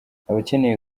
abakeneye